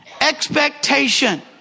expectation